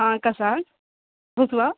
हँ कसार भूसुबा